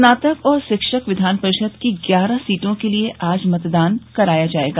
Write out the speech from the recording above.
स्नातक और शिक्षक विधान परिषद की ग्यारह सीटों के लिए आज मतदान कराया जायेगा